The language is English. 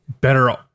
better